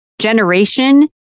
generation